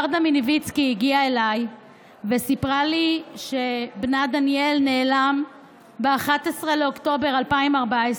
מיניביצקי הגיעה אליי וסיפרה לי שבנה דניאל נעלם ב-11 באוקטובר 2014,